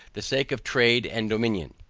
the sake of trade and dominion.